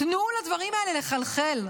תנו לדברים האלה לחלחל.